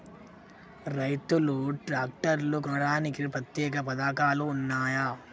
రైతులు ట్రాక్టర్లు కొనడానికి ప్రత్యేక పథకాలు ఉన్నయా?